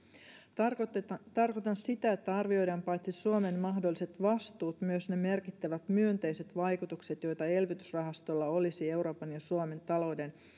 tarkoitan tarkoitan sitä että arvioidaan paitsi suomen mahdolliset vastuut myös ne merkittävät myönteiset vaikutukset joita elvytysrahastolla olisi euroopan ja suomen talouden